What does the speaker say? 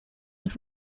his